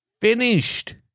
finished